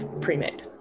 pre-made